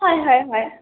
হয় হয় হয়